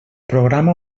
programa